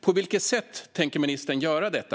På vilket sätt tänker ministern göra detta?